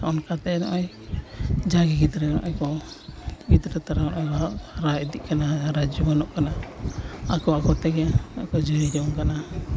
ᱚᱱᱠᱟᱛᱮ ᱱᱚᱜᱼᱚᱸᱭ ᱡᱟᱦᱟᱸᱭ ᱜᱤᱫᱽᱨᱟᱹ ᱱᱚᱜᱼᱚᱸᱭ ᱠᱚ ᱜᱤᱫᱽᱨᱟᱹ ᱛᱟᱞᱟᱨᱮ ᱟᱨᱦᱚᱸ ᱦᱟᱨᱟ ᱤᱫᱤᱜ ᱠᱟᱱᱟ ᱦᱟᱨᱟ ᱡᱩᱣᱟᱹᱱᱚᱜ ᱠᱟᱱᱟ ᱟᱠᱚ ᱟᱠᱚ ᱛᱮ ᱟᱨᱠᱚ ᱡᱩᱨᱤ ᱡᱚᱝ ᱠᱟᱱᱟ